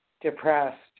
depressed